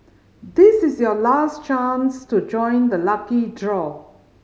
this is your last chance to join the lucky draw